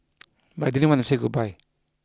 but I didn't want to say goodbye